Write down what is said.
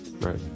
right